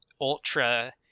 ultra